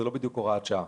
הוראת שעה,